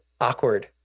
awkward